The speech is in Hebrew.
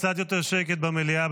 קצת יותר שקט במליאה,